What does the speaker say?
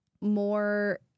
more